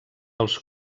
els